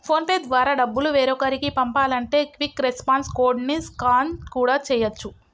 phone pay ద్వారా డబ్బులు వేరొకరికి పంపాలంటే క్విక్ రెస్పాన్స్ కోడ్ ని స్కాన్ కూడా చేయచ్చు